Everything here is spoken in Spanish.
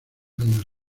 años